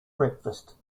breakfast